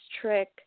trick